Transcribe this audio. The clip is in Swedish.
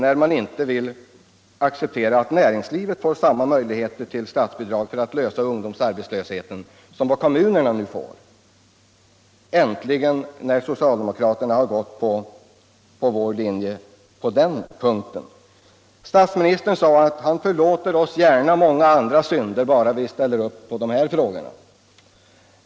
De tycks inte acceptera att näringslivet får samma möjligheter till statsbidrag för att avhjälpa ungdomsarbetslösheten som kommunerna får, när socialdemokraterna nu äntligen följt vår linje i fråga om 75 96 statsbidrag till kommunerna. Statsministern sade att han gärna förlåter oss många andra synder bara vi ställer upp när det gäller de här frågorna.